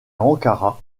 ankara